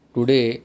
Today